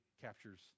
captures